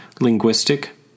linguistic